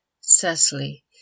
Cecily